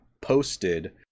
posted